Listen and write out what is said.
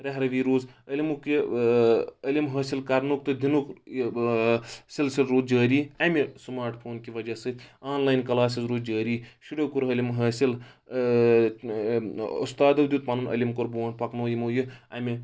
رہروی روٗز علمُک یہِ علم حٲصِل کَرنُک تہٕ دِنُک یہِ سِلسِل روٗد جٲری اَمہِ سماٹ فون کہِ وجہ سۭتۍ آنلاین کلاسز روٗد جٲری شُریو کوٚر علم حٲصِل اُستادو دیُت پَنُن علم کوٚر برونٛٹھ پَکنو یِمو یہِ امہِ